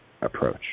approach